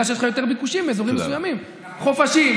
שיש לך יותר ביקושים באזורים מסוימים: חופשים,